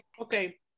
Okay